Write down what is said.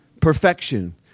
perfection